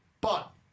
But-